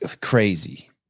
crazy